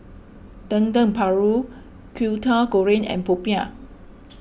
Dendeng Paru Kwetiau Goreng and Popiah